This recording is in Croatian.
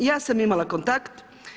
I ja sam imala kontakt.